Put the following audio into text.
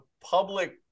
public